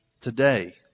today